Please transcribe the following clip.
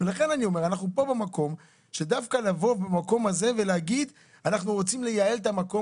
לכן אני אומר: אנחנו פה במקום דווקא לבוא ולהגיד שרוצים לייעל,